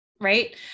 right